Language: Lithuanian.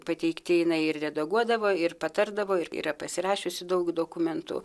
pateikti jinai ir redaguodavo ir patardavo ir yra pasirašiusi daug dokumentų